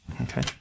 Okay